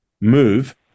move